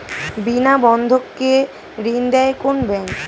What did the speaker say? বিনা বন্ধক কে ঋণ দেয় কোন ব্যাংক?